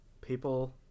people